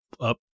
up